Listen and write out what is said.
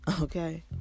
Okay